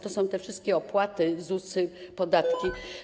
To są te wszystkie opłaty, ZUS-y i podatki.